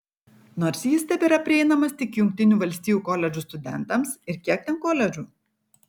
nors jis tebėra prieinamas tik jungtinių valstijų koledžų studentams ir kiek ten koledžų